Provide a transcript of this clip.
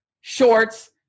shorts